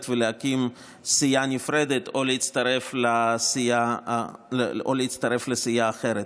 ולהקים סיעה נפרדת או להצטרף לסיעה אחרת.